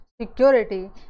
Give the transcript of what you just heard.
security